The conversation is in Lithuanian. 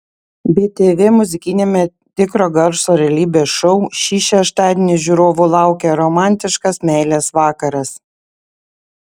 btv muzikiniame tikro garso realybės šou šį šeštadienį žiūrovų laukia romantiškas meilės vakaras